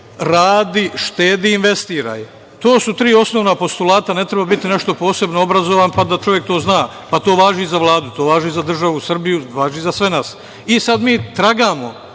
radi, štedi, investiraj. To su tri osnovna postulata. Ne treba biti nešto posebno obrazovan, pa da čovek to zna. To važi i za Vladu. To važi i za državu Srbiju, važi za sve nas. Sad mi tragamo